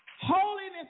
Holiness